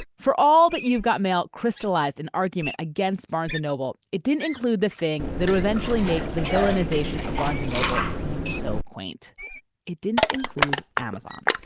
for all that you've got, mail crystalised an argument against barnes and noble. it didn't include the thing that would eventually make the villain isation a barnes and noble seem so quaint it didn't include amazon.